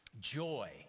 Joy